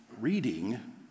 reading